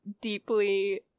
deeply